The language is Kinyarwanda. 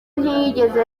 ntiyigeze